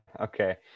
Okay